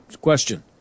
question